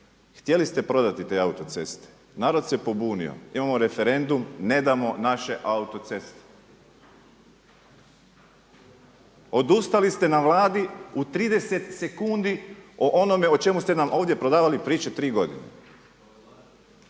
htjeli ste prodati te autoceste, narod se pobunio. Imamo referendum, ne damo naše autoceste. Odustali ste na Vladi u 30 sekundi o onome o čemu ste nam ovdje prodavali priče 3 godine.